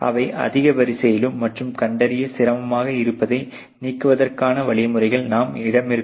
எனவே அதிக வரிசையிலும் மற்றும் கண்டறிய சிரமமாக இருப்பதை நீக்குவதற்கான வழிமுறைகள் நம் இடமிருக்கும்